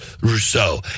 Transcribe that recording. Rousseau